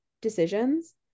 decisions